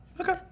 Okay